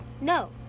no